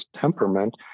temperament